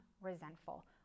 resentful